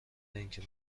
اینکه